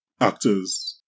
actors